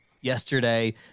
yesterday